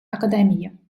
академії